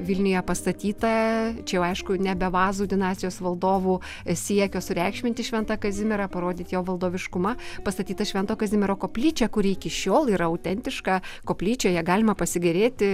vilniuje pastatyta čia jau aišku nebe vazų dinastijos valdovų siekio sureikšminti šventą kazimierą parodyt jo valdoviškumą pastatyta švento kazimiero koplyčia kuri iki šiol yra autentiška koplyčioje galima pasigėrėti